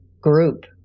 group